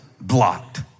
blocked